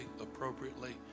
appropriately